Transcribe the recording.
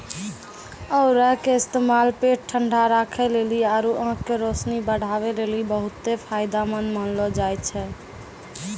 औरा के इस्तेमाल पेट ठंडा राखै लेली आरु आंख के रोशनी बढ़ाबै लेली बहुते फायदामंद मानलो जाय छै